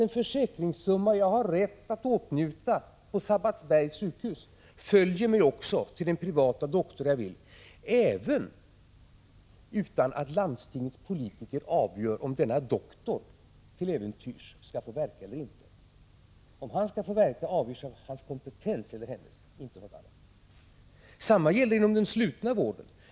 Den försäkringssumma som jag har rätt att åtnjuta på Sabbatsbergs sjukhus skall jag alltså ha rätt till också när jag går till den privata doktor som jag har valt, utan att landstingets politiker avgör om denna doktor till äventyrs skall få verka eller inte. Om han skall få verka avgörs av hans eller hennes kompetens, inte av något annat. Detsamma skall gälla inom den slutna vården.